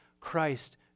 Christ